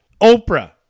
oprah